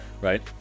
right